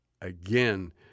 again